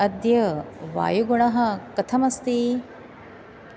अद्य वायुगुणः कथमस्ति